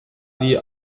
sie